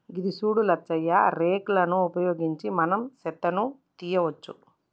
గిది సూడు లచ్చయ్య రేక్ లను ఉపయోగించి మనం సెత్తను తీయవచ్చు